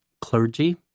clergy